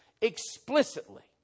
explicitly